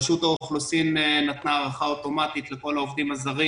רשות האוכלוסין נתנה הארכה אוטומטית לכל העובדים הזרים